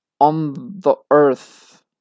on-the-earth